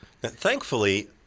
Thankfully